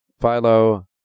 Philo